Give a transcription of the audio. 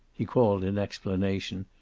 he called in explanation,